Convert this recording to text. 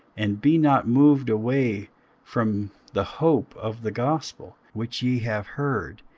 and be not moved away from the hope of the gospel, which ye have heard,